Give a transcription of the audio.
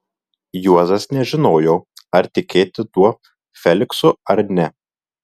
juozas nežinojo ar tikėti tuo feliksu ar ne